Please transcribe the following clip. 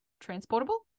transportable